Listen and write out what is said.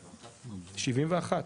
1971,